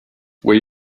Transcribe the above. where